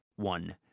One